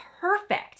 perfect